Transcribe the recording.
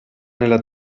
nella